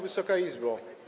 Wysoka Izbo!